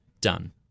done